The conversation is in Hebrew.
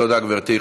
תודה, גברתי.